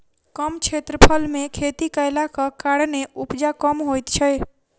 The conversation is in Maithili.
कम क्षेत्रफल मे खेती कयलाक कारणेँ उपजा कम होइत छै